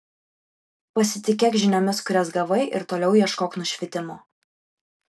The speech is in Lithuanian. pasitikėk žiniomis kurias gavai ir toliau ieškok nušvitimo